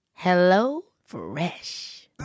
HelloFresh